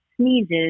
sneezes